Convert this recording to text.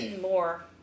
more